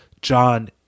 John